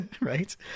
right